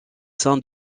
sein